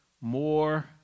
more